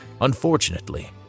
Unfortunately